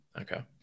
Okay